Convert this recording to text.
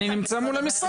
אני נמצא מול המשרד.